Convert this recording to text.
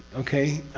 okay?